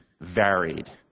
varied